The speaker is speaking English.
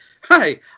hi